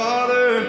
Father